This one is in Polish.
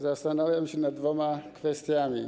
Zastanawiam się nad dwoma kwestiami.